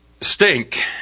Stink